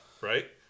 Right